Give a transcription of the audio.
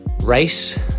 race